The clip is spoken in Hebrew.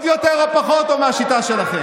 טוב יותר או טוב פחות מהשיטה שלכם?